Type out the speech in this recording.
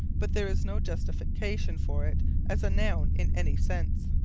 but there is no justification for it as a noun, in any sense.